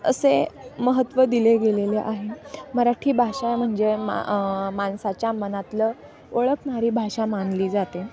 असे महत्त्व दिले गेलेले आहे मराठी भाषा म्हणजे मा माणसाच्या मनातलं ओळखणारी भाषा मानली जाते